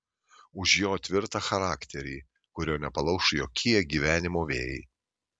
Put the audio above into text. už jo tvirtą charakterį kurio nepalauš jokie gyvenimo vėjai